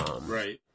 right